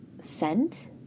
scent